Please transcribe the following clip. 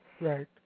Right